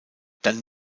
dann